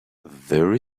there